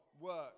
work